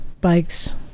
bikes